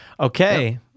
Okay